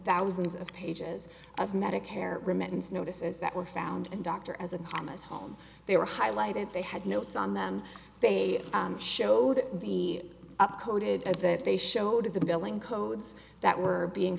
thousands of pages of medicare remittance notices that were found and doctor as a camas home they were highlighted they had notes on them they showed the up coded and that they showed the billing codes that were being